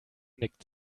nickt